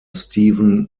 steven